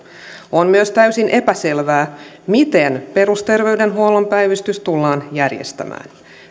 on myös täysin epäselvää miten perusterveydenhuollon päivystys tullaan järjestämään